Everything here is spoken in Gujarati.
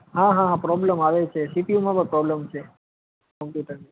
હા હા પ્રોબ્લેમ આવે છે સી પી યુમાં પણ પ્રોબ્લેમ છે કમ્પ્યુટરના